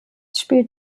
spielt